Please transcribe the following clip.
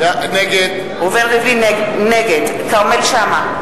נגד כרמל שאמה,